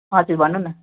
हजुर भन्नु न